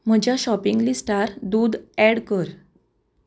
म्हज्या शॉपींग लिस्टार दूद एड कर